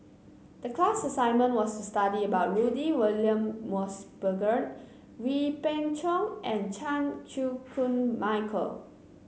the class assignment was to study about Rudy William Mosbergen Wee Beng Chong and Chan Chew Koon Michael